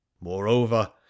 moreover